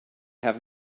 have